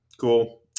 Cool